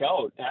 out